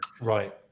Right